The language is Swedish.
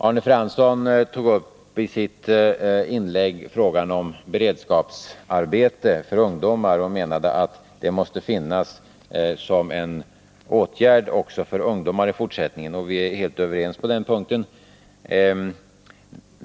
Arne Fransson tog i sitt inlägg upp frågan om beredskapsarbete för ungdomar och menade att det måste finnas som en åtgärd för ungdomar också i fortsättningen. Vi är helt överens på den punkten.